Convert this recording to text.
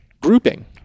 grouping